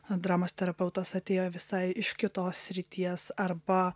dramos terapeutas atėjo visai iš kitos srities arba